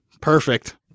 Perfect